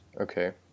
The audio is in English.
Okay